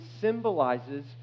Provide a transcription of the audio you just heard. symbolizes